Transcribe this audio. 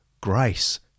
grace